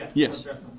yes.